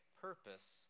purpose